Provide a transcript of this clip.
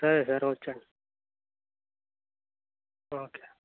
సరే సరే వచ్చేస్తాను ఓకే